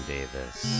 Davis